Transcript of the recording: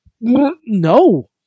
no